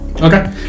Okay